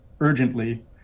urgently